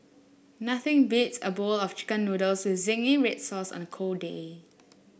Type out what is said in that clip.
nothing beats a bowl of chicken noodles with zingy red sauce on a cold day